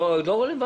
אבל זה לא רלוונטי.